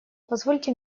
позвольте